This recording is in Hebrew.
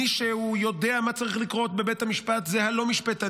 מי שיודע מה צריך לקרות בבית המשפט זה הלא-משפטנים,